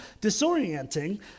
disorienting